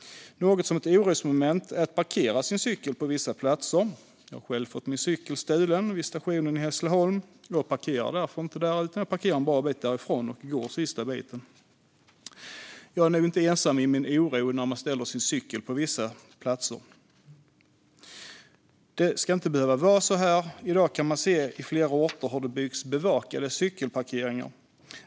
Något som är ett orosmoment är att parkera sin cykel på vissa platser. Jag har själv fått min cykel stulen vid stationen i Hässleholm, och jag parkerar därför inte där utan en bra bit därifrån och går sista biten. Jag är nog inte ensam i min oro över att ställa cykeln på vissa platser. Så ska det inte behöva vara. I dag kan man i se flera orter hur det byggs bevakade cykelparkeringar.